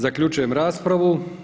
Zaključujem raspravu.